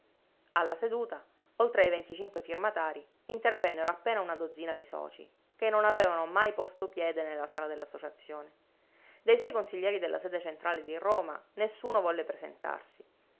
alla seduta oltre ai venticinque firmatarii intervennero appena una dozzina di socii che non avevano mai posto piede nella sala dell'associazione dei sei consiglieri della sede centrale di roma nessuno volle presentarsi